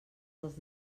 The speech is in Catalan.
dels